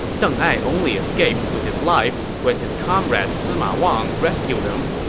deng ai only escaped with his life when his comrade sima wang rescued him.